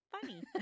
funny